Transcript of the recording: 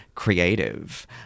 creative